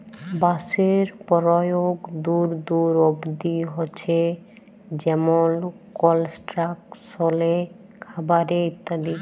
বাঁশের পরয়োগ দূর দূর অব্দি হছে যেমল কলস্ট্রাকশলে, খাবারে ইত্যাদি